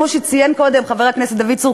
כמו שציין קודם חבר הכנסת דוד צור,